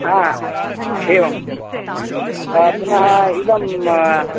एवं पुनः इदं